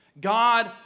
God